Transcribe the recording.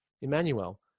emmanuel